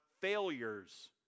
failures